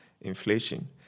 inflation